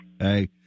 Hey